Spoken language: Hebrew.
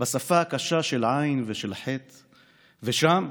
בשפה הקשה של עין ושל חית / ושם,